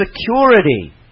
security